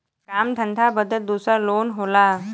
काम धंधा बदे दूसर लोन होला